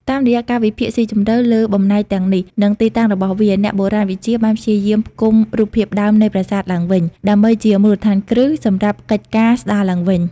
តាមរយៈការវិភាគស៊ីជម្រៅលើបំណែកទាំងនេះ និងទីតាំងរបស់វា អ្នកបុរាណវិទ្យាអាចព្យាយាមផ្គុំរូបភាពដើមនៃប្រាសាទឡើងវិញ ដើម្បីជាមូលដ្ឋានគ្រឹះសម្រាប់កិច្ចការស្ដារឡើងវិញ។